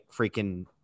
freaking –